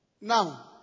Now